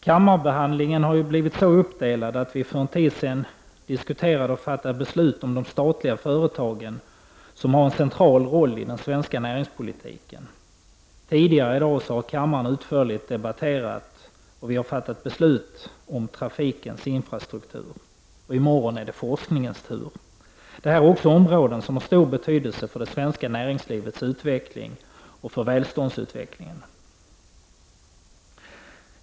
Kammarbehandlingen är så uppdelad att vi för en tid sedan diskuterade och fattade beslut om de statliga företagen, som har en central roll i den svenska näringspolitiken. Tidigare i dag har kammaren utförligt debatterat och fattat beslut om trafikens infrastruktur. I morgon är det forskningens tur. Detta är också områden som har stor betydelse för det svenska näringslivets utveckling och för välståndsutvecklingen.